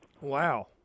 Wow